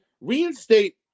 reinstate